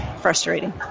frustrating